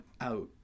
out